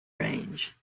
range